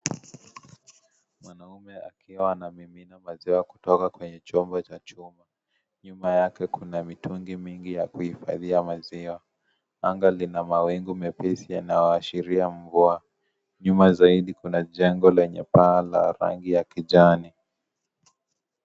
Mwanaume akiwa anamimina maziwa kutoka kwenye chombo cha chuma. Nyuma yake kuna mitungi mingi ya kuhifadhia maziwa. Anga lina mawingu mepesi yanayoashiria mvua. Nyuma zaidi kuna jengo lenye paa la rangi ya kijani.